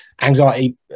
anxiety